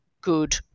good